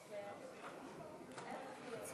בבקשה.